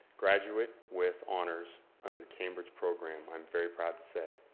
graduate with honors under the cambridge program. i'm very proud to say.